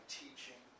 teaching